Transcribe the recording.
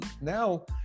now